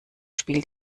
spielt